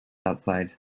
outside